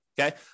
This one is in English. Okay